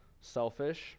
selfish